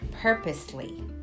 purposely